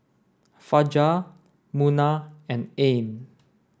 Fajar Munah and Ain